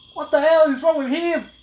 what the hell is wrong with him